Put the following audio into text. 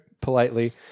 politely